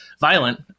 violent